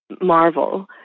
marvel